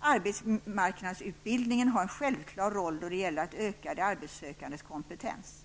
Arbetsmarknadsutbildningen har en självklar roll då det gäller att öka de arbetssökandes kompetens.